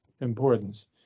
importance